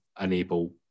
enable